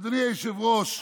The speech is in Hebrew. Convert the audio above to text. אדוני היושב-ראש,